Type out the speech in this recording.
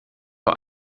vor